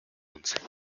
once